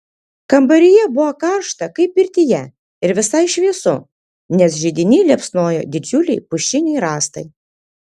kambaryje buvo karšta kaip pirtyje ir visai šviesu nes židiny liepsnojo didžiuliai pušiniai rąstai